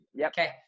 Okay